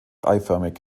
eiförmig